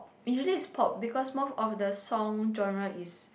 usually is pop because of the song genre is